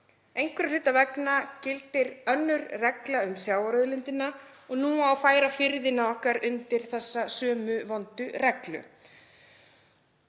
Einhverra hluta vegna gildir önnur regla um sjávarauðlindina og nú á að færa firðina okkar undir þessa sömu vondu reglu.